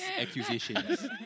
accusations